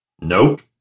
Nope